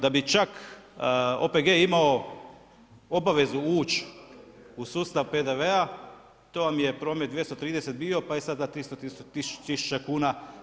Da bi čak OPG imao obavezu ući u sustav PDV-a, to vam je promet 230 bio, pa je sada 300 tisuća kuna.